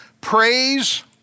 Praise